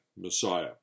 messiah